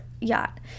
yacht